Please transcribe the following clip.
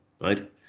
right